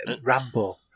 Rambo